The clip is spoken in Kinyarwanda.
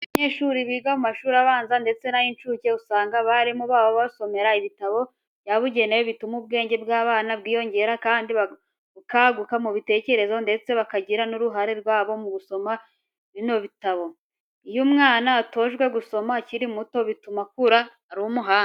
Abanyeshuri biga mu mashuri abanza ndetse n'ay'incuke usanga abarimu babo babasomera ibitabo byabugenewe bituma ubwenge bw'aba bana bwiyongera kandi bakaguka mu bitekerezo ndetse bakagira n'uruhare rwabo mu gusoma bino bitabo. Iyo umwana atojwe gusoma akiri muto bituma akura ari umuhanga.